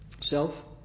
self